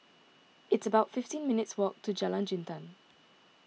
it's about fifteen minutes' walk to Jalan Jintan